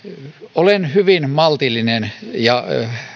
olen hyvin maltillinen ja